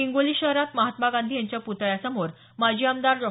हिंगोली शहरात महात्मा गांधी यांच्या पुतळ्यासमोर माजी आमदार डॉ